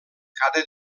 cada